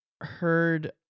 heard